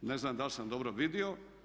Ne znam da li sam dobro vidio.